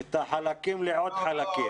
את החלקים לעוד חלקים.